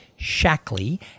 Shackley